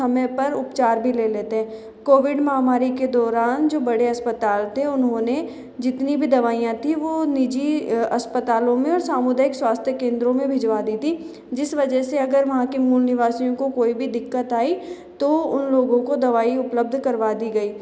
समय पर उपचार भी ले लेते हैं कोविड महामारी के दौरान जो बड़े अस्पताल थे उन्होंने जितनी भी दवाईयाँ थी वो निजी अस्पतालों में और सामुदायिक स्वास्थ्य केंद्रों में भिजवा दी थी जिस वजह से अगर वहाँ के मूलनिवासियों को कोई भी दिक्कत आई तो उन लोगों को दवाई उपलब्ध करवा दी गई